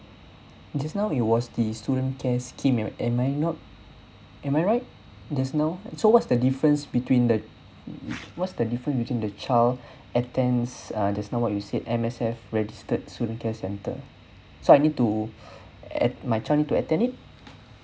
just now we watch the student care scheme and am I not am I right just now so what's the difference between the what's the different between the child attends uh just now you said M_S_F registered student care centre so I need to a~ my child need to attend it